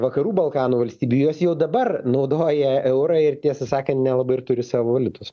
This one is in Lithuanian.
vakarų balkanų valstybijos jau dabar naudoja eurą ir tiesą sakant nelabai ir turi savo litus